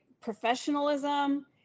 professionalism